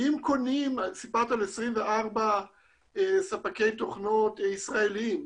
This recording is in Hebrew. ספרת על 24 ספקי תוכנות ישראלים,